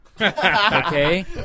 okay